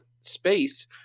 space